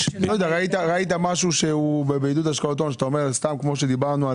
לא יודע ראית משהו שהוא בעידוד השקעות הון שאתה אומר סתם כמו שדיברנו,